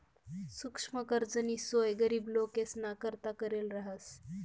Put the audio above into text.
सुक्ष्म कर्जनी सोय गरीब लोकेसना करता करेल रहास